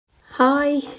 Hi